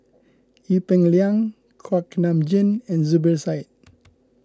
Ee Peng Liang Kuak Nam Jin and Zubir Said